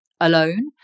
alone